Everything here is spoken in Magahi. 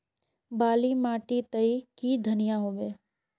बाली माटी तई की धनिया होबे?